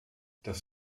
das